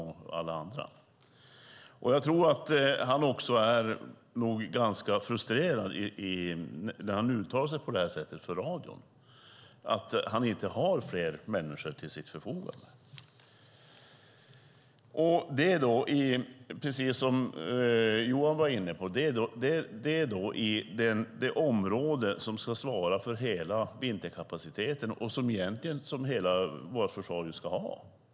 Han är nog också ganska frustrerad när han uttalar sig på det här sättet i radio och säger att han inte har fler människor till sitt förfogande. Som Johan var inne på gäller detta det område som ska svara för hela vinterkapaciteten, som egentligen hela vårt försvar ska ha.